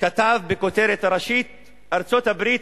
כתב בכותרת הראשית: "ארצות-הברית